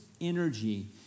energy